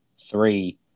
three